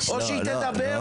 או שהיא תדבר,